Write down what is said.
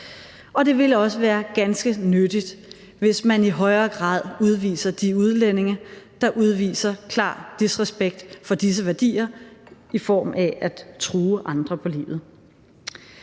Og det vil også være ganske nyttigt, hvis man i højere grad udviser de udlændinge, der udviser klar disrespekt for disse værdier i form af at true andre på livet.